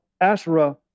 Asherah